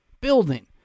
building